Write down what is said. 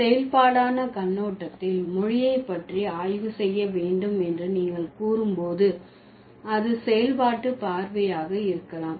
செயல்பாடான கண்ணோட்டத்தில் மொழியை பற்றி ஆய்வு செய்ய வேண்டும் என்று நீங்கள் கூறும் போது அது செயல்பாட்டு பார்வையாக இருக்கலாம்